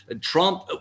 Trump